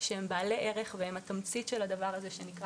שהם בעלי ערך והם התמצית של הדבר הזה שנקרא